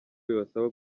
bibasaba